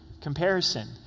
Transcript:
Comparison